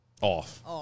Off